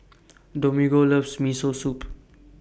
Domingo loves Miso Soup